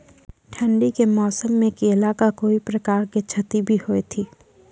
ठंडी के मौसम मे केला का कोई प्रकार के क्षति भी हुई थी?